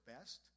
best